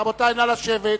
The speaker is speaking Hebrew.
רבותי, נא לשבת.